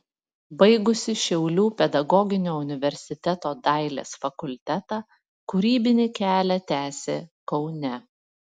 baigusi šiaulių pedagoginio universiteto dailės fakultetą kūrybinį kelią tęsė kaune